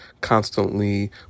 constantly